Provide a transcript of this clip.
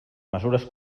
mesures